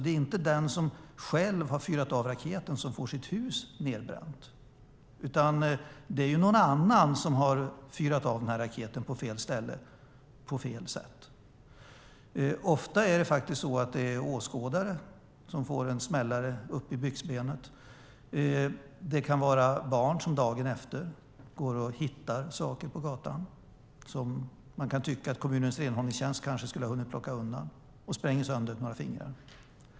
Det är inte den som själv har fyrat av raketen som får sitt hus nedbränt, utan det är någon annan som har fyrat av raketen på fel ställe och på fel sätt. Ofta är det faktiskt åskådare som får en smällare upp i byxbenet. Det kan vara barn som dagen efter går och hittar saker på gatan - som man tycker att kommunens renhållningstjänst kanske skulle ha hunnit plocka undan - och spränger sönder några fingrar.